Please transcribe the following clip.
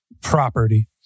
property